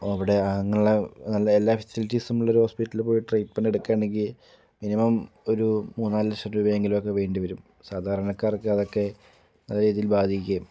അവിടെ അങ്ങനെയുള്ള എല്ലാ ഫെസിലിറ്റീസും ഉള്ള ഒരു ഹോസ്പിറ്റലിൽ പോയി ട്രീറ്റ്മെൻറ്റ് എടുക്കുകയാണെങ്കിൽ മിനിമം ഒരു മൂന്ന് നാല് ലക്ഷം രൂപയെങ്കിലുമൊക്കെ വേണ്ടി വരും സാധാരണക്കാർക്ക് അതൊക്കെ നല്ല രീതിയിൽ ബാധിക്കും